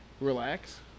relax